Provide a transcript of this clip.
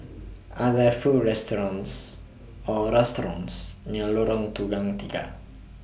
Are There Food restaurants Or restaurants near Lorong Tukang Tiga